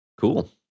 Cool